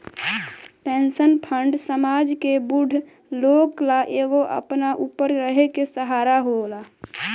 pension fund समाज के बूढ़ लोग ला एगो अपना ऊपर रहे के सहारा होला